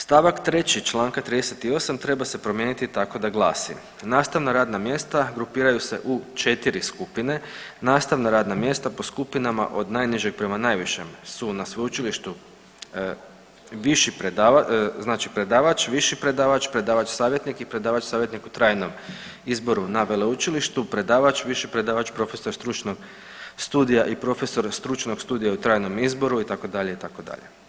St. 3. čl. 38. treba se promijeniti tako da glasi, nastavna radna mjesta grupiraju se u četiri skupine, nastavna radna mjesta po skupinama od najnižeg prema najvišem su na sveučilištu viši, znači predavač, viši predavač, predavač savjetnik i predavač savjetnik u trajnom izboru na veleučilištu, predavač i viši predavač profesor stručnog studija i profesor stručnog studija u trajnom izboru itd., itd.